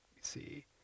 see